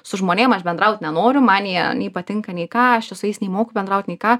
su žmonėm aš bendraut nenoriu man jie nei patinka nei ką aš čia su jais nei moku bendraut nei ką